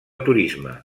turisme